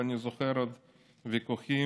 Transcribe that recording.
ואני זוכר עוד ויכוחים.